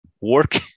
work